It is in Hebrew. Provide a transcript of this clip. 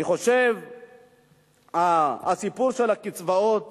אני חושב שהסיפור של הקצבאות